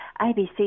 ABC